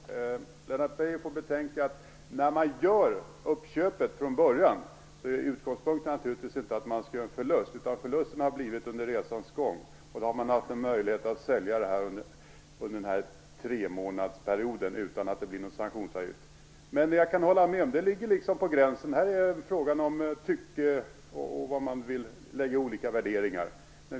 Herr talman! Lennart Beijer får betänka att när man gör uppköpet från början så är utgångspunkten naturligtvis inte att man skall göra förlust. Förlusten har kommit under resans gång. Då har man haft möjlighet att sälja under den här tremånadersperioden utan att det blir någon sanktionsavgift. Jag kan dock hålla med om att det här liksom ligger på gränsen. Det är en fråga om tycke och smak, och vad man nu vill lägga för värderingar i det här.